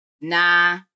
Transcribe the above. Nah